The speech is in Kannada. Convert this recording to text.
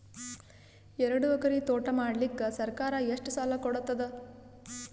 ಎರಡು ಎಕರಿ ತೋಟ ಮಾಡಲಿಕ್ಕ ಸರ್ಕಾರ ಎಷ್ಟ ಸಾಲ ಕೊಡತದ?